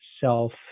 self